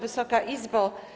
Wysoka Izbo!